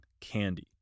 candy